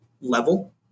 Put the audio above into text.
level